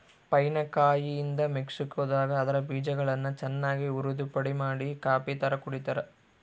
pine ಕಾಯಿಯಿಂದ ಮೆಕ್ಸಿಕೋದಾಗ ಅದರ ಬೀಜಗಳನ್ನು ಚನ್ನಾಗಿ ಉರಿದುಪುಡಿಮಾಡಿ ಕಾಫಿತರ ಕುಡಿತಾರ